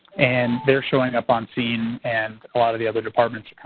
and they're showing up on scene and a lot of the other departments,